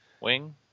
Wing